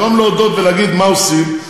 במקום להודות ולהגיד מה עושים,